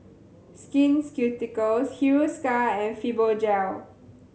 Skin Ceuticals Hiruscar and Fibogel